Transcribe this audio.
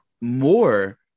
more